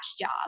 job